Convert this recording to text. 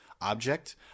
object